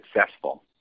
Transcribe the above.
successful